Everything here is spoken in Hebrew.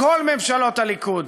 הכול ממשלות הליכוד.